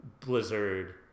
Blizzard